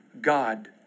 God